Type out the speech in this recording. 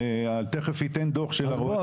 תיכף אתן דוח של רואה החשבון.